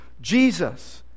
Jesus